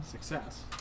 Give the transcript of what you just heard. success